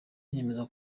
niyemeza